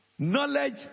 Knowledge